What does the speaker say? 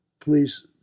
Please